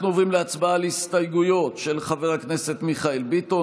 אנחנו עוברים להצבעה על ההסתייגויות של חבר הכנסת מיכאל ביטון.